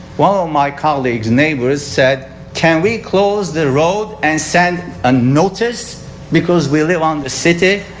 one of my colleagues neighbors said can we close the road and send a notice because we live on the city?